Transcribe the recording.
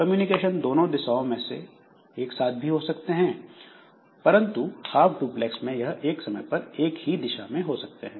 communication दोनों दिशाओं में एक साथ भी हो सकते हैं परंतु हाफ डुप्लेक्स में यह एक समय पर एक दिशा में ही हो सकते हैं